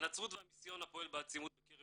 הנצרות והמיסיון הפועל בעצימות בקרב